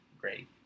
great